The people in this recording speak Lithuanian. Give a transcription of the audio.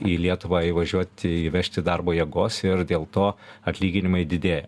į lietuvą įvažiuoti įvežti darbo jėgos ir dėl to atlyginimai didėja